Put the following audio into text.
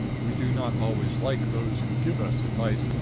we do not always like those who give us advice.